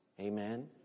Amen